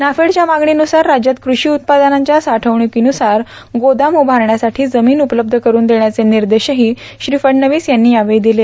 नाफेडच्या मागणीन्रसार राज्यात कृषी उत्पादनांच्या साठवण्रकीन्रसार गोदाम उभारण्यासठी जमीन उपलब्ध करून देण्याचे निर्देशही श्री फडणवीस यांनी यावेळी दिले